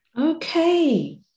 Okay